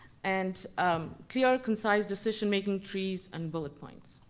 and um clear, concise, decision making trees and bullet points.